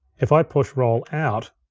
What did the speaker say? if i push roll out,